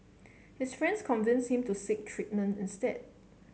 his friends convince him to seek treatment instead